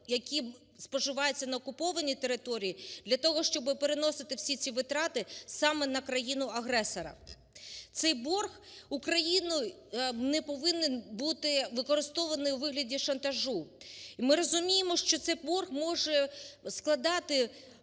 які споживаються на окупованій території, для того, щоби переносити всі ці витрати саме на країну-агресора. Цей борг не повинен бути використаний у вигляді шантажу. І ми розуміємо, що цей борг може складати